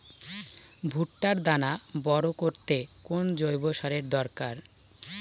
ভুট্টার দানা বড় করতে কোন জৈব সারের দরকার?